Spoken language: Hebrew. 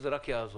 זה רק יעזור.